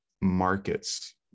market's